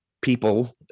people